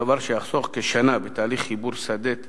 דבר שיחסוך כשנה בתהליך חיבור שדה "תמר"